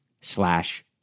slash